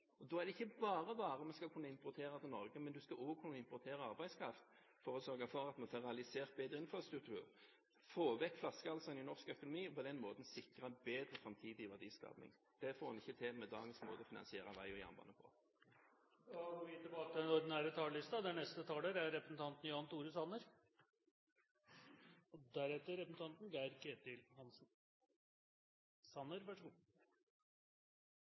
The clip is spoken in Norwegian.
Da er det ikke bare varer man skal kunne importere til Norge. En skal også kunne importere arbeidskraft for å sørge for at vi får realisert bedre infrastruktur, får vekk flaskehalsene i norsk økonomi og på den måten sikrer en bedre framtidig verdiskaping. Det får en ikke til med dagens måte å finansiere vei og jernbane på. Mye er bra, og mye går bra i Norge. Mens verden rundt oss preges av økonomisk uro og